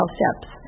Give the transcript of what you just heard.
steps